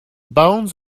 bones